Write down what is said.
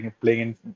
playing